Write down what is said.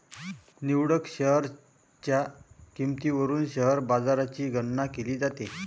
निवडक शेअर्सच्या किंमतीवरून शेअर बाजाराची गणना केली जाते